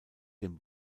dem